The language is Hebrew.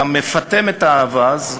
אתה מפטם את האווז,